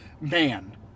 man